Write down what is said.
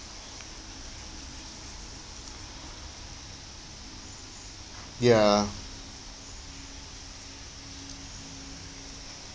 ya